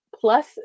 plus